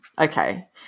okay